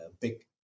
big